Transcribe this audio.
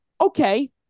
okay